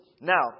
Now